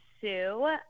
sue